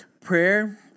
Prayer